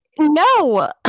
No